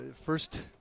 first